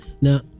now